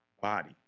body